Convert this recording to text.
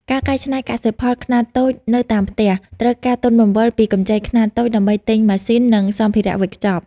ការកែច្នៃកសិផលខ្នាតតូចនៅតាមផ្ទះ ត្រូវការទុនបង្វិលពីកម្ចីខ្នាតតូចដើម្បីទិញម៉ាស៊ីន និងសម្ភារៈវេចខ្ចប់។